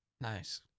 Nice